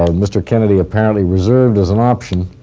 um mr. kennedy apparently reserved as an option,